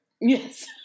Yes